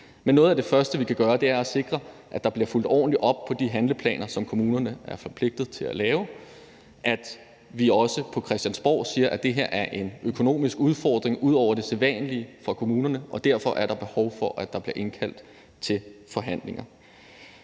Noget af det første, vi kan gøre, er at sikre, at der bliver fulgt ordentligt op på de handleplaner, som kommunerne er forpligtet til at lave, og at vi også på Christiansborg siger, at det her er en økonomisk udfordring ud over det sædvanlige for kommunerne, og at der derfor er behov for, at der bliver indkaldt til forhandlinger.